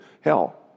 hell